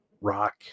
Rock